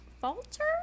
Falter